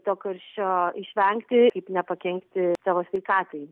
to karščio išvengti ir nepakenkti savo sveikatai